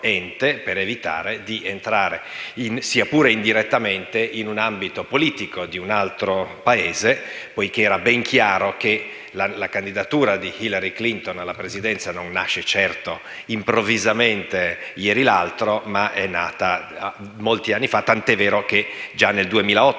per evitare di entrare, sia pure indirettamente, in un ambito politico di un altro Paese. È infatti ben chiaro che la candidatura di Hillary Clinton non nasce improvvisamente, l'altro ieri, ma è nata molti anni fa, tanto che già nel 2008